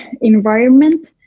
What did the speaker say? environment